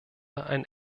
ein